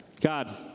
God